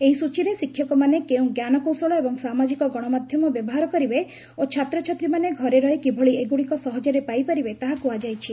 ଏହି ସ୍ୱଚୀରେ ଶିକ୍ଷକମାନେ କେଉଁ ଜ୍ଞାନକୌଶଳ ଏବଂ ସାମାଜିକ ଗଣମାଧ୍ୟମ ବ୍ୟବହାର କରିବେ ଓ ଛାତ୍ରଛାତ୍ରୀମାନେ ଘରେ ରହି କିଭଳି ଏଗୁଡ଼ିକ ସହଜରେ ପାଇପାରିବେ ତାହା କୁହାଯାଇଛି